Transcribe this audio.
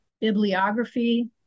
bibliography